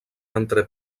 entre